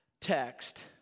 text